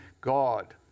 God